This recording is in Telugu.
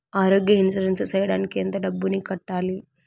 ఆరోగ్య ఇన్సూరెన్సు సేయడానికి ఎంత డబ్బుని కట్టాలి?